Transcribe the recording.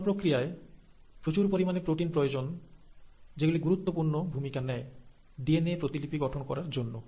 এই গঠন প্রক্রিয়ায় প্রচুর পরিমাণে প্রোটিন প্রয়োজন যেগুলি গুরুত্ব পূর্ণ ভূমিকা নেয় ডিএনএ প্রতিলিপি গঠন করার জন্য